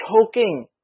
choking